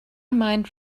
mind